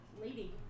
lady